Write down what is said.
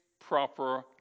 proper